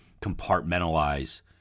compartmentalize